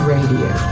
Radio